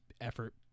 effort